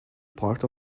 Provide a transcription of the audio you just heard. part